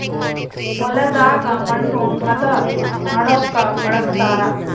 ಹೊಲದಾಗ ಮಣ್ಣು ಹದ ಮಾಡೊಕ ಬಳಸ್ತಾರ